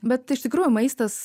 bet iš tikrųjų maistas